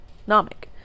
economic